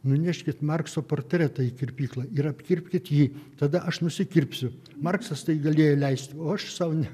nuneškit markso portretą į kirpyklą ir apkirpkit jį tada aš nusikirpsiu marksas tai galėjo leist o aš sau ne